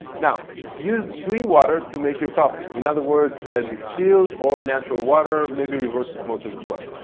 now use clean water to make your coffee. in other words the distilled or natural water maybe reverse osmosis as well.